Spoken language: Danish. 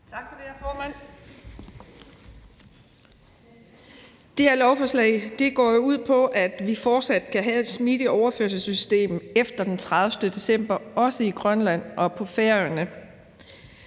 Tak for det, hr. formand. Det her lovforslag går ud på, at vi fortsat kan have et smidigt overførselssystem efter den 30. december også i Grønland og på Færøerne.